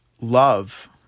love